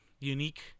unique